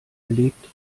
erlebt